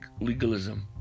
legalism